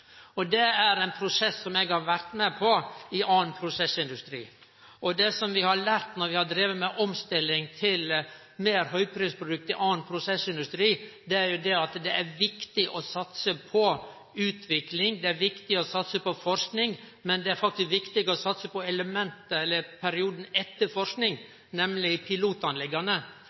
Det er ein prosess som eg har vore med på i annan prosessindustri. Det vi har lært når vi har drive med omstilling til meir høgprisprodukt i annan prosessindustri, er at det er viktig å satse på utvikling, det er viktig å satse på forsking, men det er faktisk òg viktig å satse på perioden etter forsking, nemleg